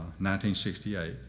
1968